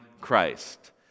Christ